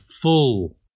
full